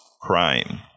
crime